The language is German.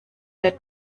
der